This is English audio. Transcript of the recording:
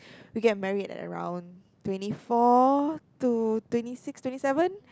we get married at around twenty four to twenty six twenty seven